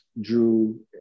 Drew